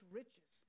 riches